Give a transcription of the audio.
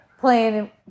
playing